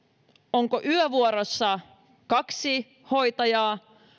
onko yövuorossa kaksi hoitajaa